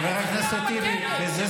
חבר הכנסת סעדה.